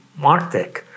MarTech